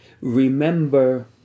remember